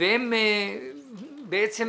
והם יכולים